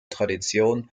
tradition